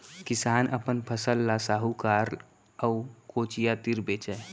किसान अपन फसल ल साहूकार अउ कोचिया तीर बेचय